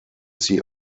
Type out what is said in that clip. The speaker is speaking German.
sie